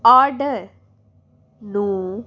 order ਨੂੰ